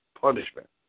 punishment